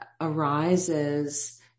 arises